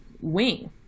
wing